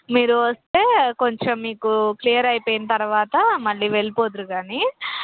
మీరు వస్తే కొంచెం మీకు క్లియర్ అయిపోయిన తర్వాత మళ్ళీ వెళ్ళిపోదురు కానీ